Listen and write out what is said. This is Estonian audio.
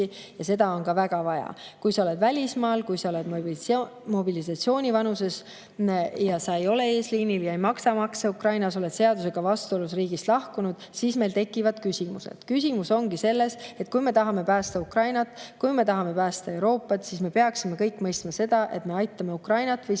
ja seda on samuti väga vaja. Kui sa oled välismaal, kui sa oled mobilisatsioonivanuses ja sa ei ole eesliinil ja ei maksa maksu Ukrainas, kui sa oled seadusega vastuolus riigist lahkunud, siis meil tekivad küsimused. Küsimus ongi selles, et kui me tahame päästa Ukrainat, kui me tahame päästa Euroopat, siis me peaksime kõik mõistma seda, et meie ka aitame Ukrainat. Või